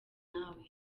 nawe